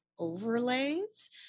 overlays